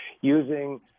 using